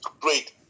great